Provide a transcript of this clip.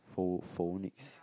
pho~ phonics